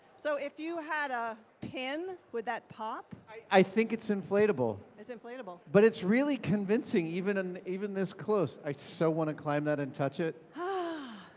so if you had a pin, would that pop? i think it's inflatable. it's inflatable. but it's really convincing, even and even this close. i so wanna climb that and touch it. ah.